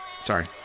Sorry